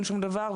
אין שום דבר.